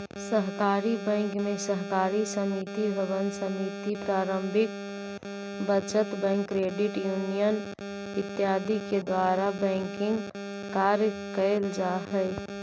सहकारी बैंक में सहकारी समिति भवन समिति पारंपरिक बचत बैंक क्रेडिट यूनियन इत्यादि के द्वारा बैंकिंग कार्य कैल जा हइ